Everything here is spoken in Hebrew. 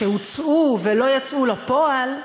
שהוצעו ולא יצאו אל הפועל,